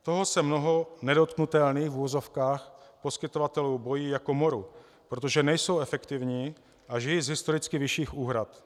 Toho se mnoho nedotknutelných, v uvozovkách, poskytovatelů bojí jako moru, protože nejsou efektivní a žijí z historicky vyšších úhrad.